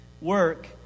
Work